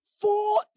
four